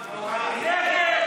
נגד,